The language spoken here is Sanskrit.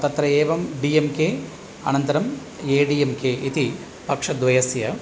तत्र ए डि एम् के अनन्तरम् ए वि एम् के इति पक्षद्वयस्य